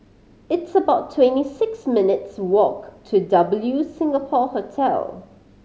it's about twenty six minutes' walk to W Singapore Hotel